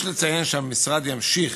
יש לציין שהמשרד ימשיך,